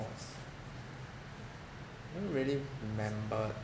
most don't really remember